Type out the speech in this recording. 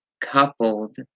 Coupled